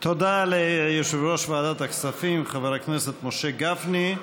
תודה ליושב-ראש ועדת הכספים חבר הכנסת משה גפני.